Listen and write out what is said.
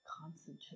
concentrate